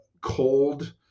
cold